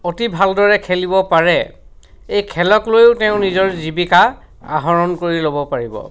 অতি ভালদৰে খেলিব পাৰে এই খেলক লৈও তেওঁ নিজৰ জীৱিকা আহৰণ কৰি ল'ব পাৰিব